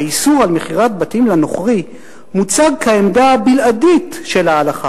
האיסור של מכירת בתים לנוכרי מוצג כעמדה הבלעדית של ההלכה